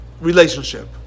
relationship